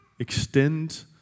Extend